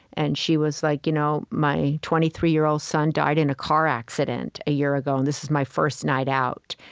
and she was like, you know my twenty three year old son died in a car accident a year ago, and this is my first night out.